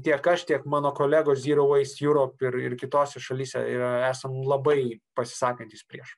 tiek aš tiek mano kolegos zyrau veist jurap ir ir kitose šalyse ir esam labai pasisakantys prieš